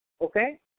Okay